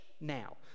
now